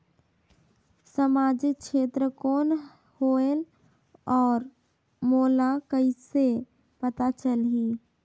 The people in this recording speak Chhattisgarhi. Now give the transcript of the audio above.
समाजिक क्षेत्र कौन होएल? और मोला कइसे पता चलही?